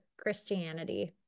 christianity